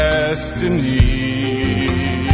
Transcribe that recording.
destiny